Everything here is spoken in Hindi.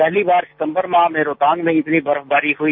पहली बार सितम्बर माह मे रोहतांग मे इतने बर्फबारी हुई